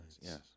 Yes